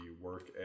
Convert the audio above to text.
work